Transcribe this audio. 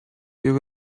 you